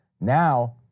Now